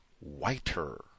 whiter